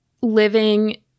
living